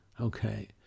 okay